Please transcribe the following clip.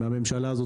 מהממשלה הזאת.